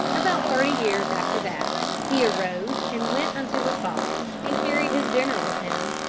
about thirty years after that he arose and went unto his father, and carried his dinner with him,